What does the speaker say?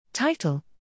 Title